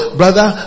brother